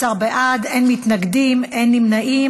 11 בעד, אין מתנגדים, אין נמנעים.